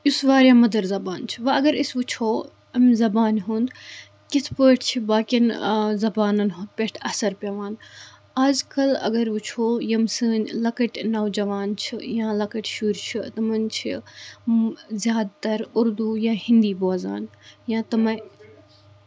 یُس واریاہ مٔدٕر زَبان چھِ وۄنۍ اَگر أسۍ وُچھو امہِ زَبانہِ ہُنٛد کِتھ پٲٹھۍ چھِ باقِؠن زَبانَن پؠٹھ اَثر پیٚوان اَز کَل اَگر وُچھو یِم سٲنۍ لَکٕٹۍ نَوجوان چھِ یا لکٕٹۍ شُرۍ چھِ تِمَن چھِ مہٕ زِیادٕ تَر اُردو یا ہنٛدِی بوزان یا تِمَے